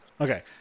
Okay